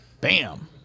Bam